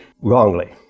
wrongly